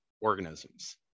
organisms